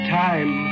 time